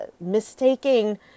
mistaking